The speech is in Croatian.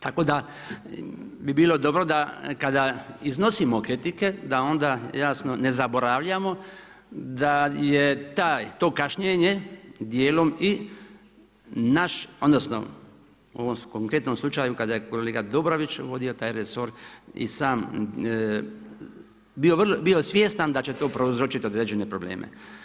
Tako da bi bilo dobro da kada iznosimo kritike, da onda jasno ne zaboravljamo da je to kašnjenje dijelom i naš, odnosno u ovom konkretnom slučaju kada je kolega Dobrović vodio taj resor i sam bio svjestan da će to prouzročiti određene probleme.